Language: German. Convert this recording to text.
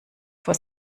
vor